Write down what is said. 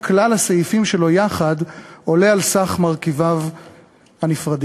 כל הסעיפים שלו יחד עולה על סך מרכיביו הנפרדים.